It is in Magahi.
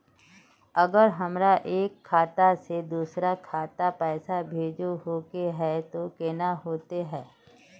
अगर हमरा एक खाता से दोसर खाता में पैसा भेजोहो के है तो केना होते है?